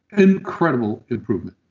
incredible improvement